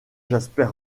jasper